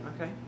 Okay